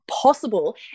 possible